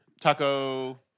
Taco